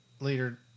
later